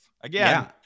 Again